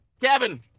Kevin